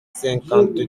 cinquante